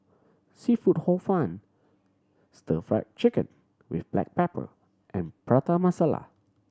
seafood Hor Fun Stir Fried Chicken with black pepper and Prata Masala